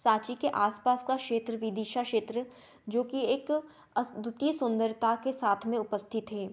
साँची के आस पास का क्षेत्र विदिशा क्षेत्र जोकि एक अद्वितीय सुन्दरता के साथ में उपस्थित है